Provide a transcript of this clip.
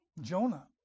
Jonah